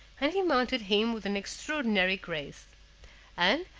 and he mounted him with an extraordinary grace and,